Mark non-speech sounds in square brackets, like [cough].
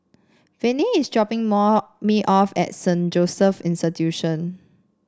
Venie is dropping [unintelligible] me off at Saint Joseph's Institution